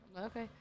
Okay